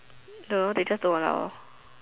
no they just don't allow